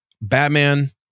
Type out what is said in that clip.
Batman